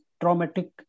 traumatic